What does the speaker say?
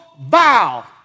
vow